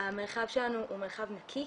המרחב שלנו הוא מרחב נקי,